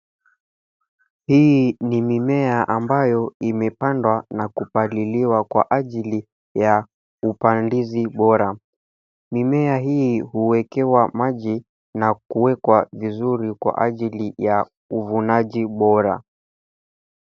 Hii ni mime ambayo imepandwa na kupaliliwa kwa ajili ya upandizi bora. Mimea hii huwekewa maji na kuwekwa vizuri kwa ajili ya uvunaji bora.